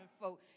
folk